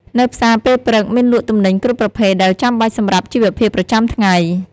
នៅផ្សារពេលព្រឹកមានលក់ទំនិញគ្រប់ប្រភេទដែលចាំបាច់សម្រាប់ជីវភាពប្រចាំថ្ងៃ។